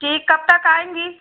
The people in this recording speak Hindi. ठीक कब तक आएँगी